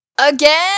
Again